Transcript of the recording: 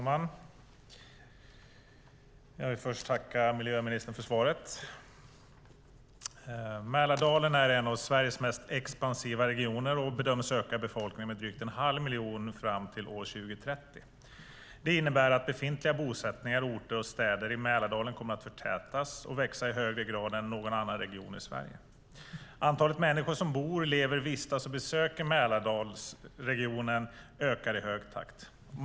Herr talman! Jag tackar miljöministern för svaret. Mälardalen är en av Sveriges mest expansiva regioner och bedöms öka i befolkning med drygt en halv miljon fram till år 2030. Det innebär att befintliga bosättningar, orter och städer i Mälardalen kommer att förtätas och växa i högre grad än någon annan region i Sverige. Antalet människor som bor, lever, vistas och besöker Mälardalsregionen ökar i snabb takt.